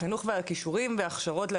חינוך וכישורים והכשרות,